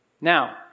Now